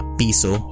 piso